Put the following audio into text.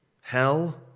hell